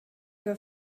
your